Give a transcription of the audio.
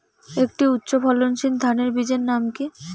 একটি উচ্চ ফলনশীল ধানের বীজের নাম কী?